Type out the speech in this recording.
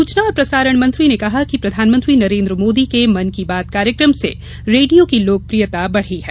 सूचना और प्रसारण मंत्री ने कहा कि प्रधानमंत्री नरेन्द्र मोदी के मन की बात कार्यक्रम से रेडियो की लोकप्रियता बढ़ी है